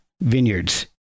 Vineyards